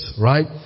right